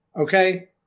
Okay